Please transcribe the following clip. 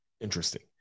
interesting